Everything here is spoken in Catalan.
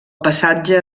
passatge